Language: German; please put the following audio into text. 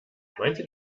manche